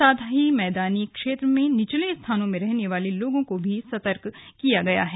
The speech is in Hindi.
साथ ही मैदानी क्षेत्र में निचले स्थानों में रहने वाले लोगों को भी सतर्क किया गया है